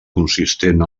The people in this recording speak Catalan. consistent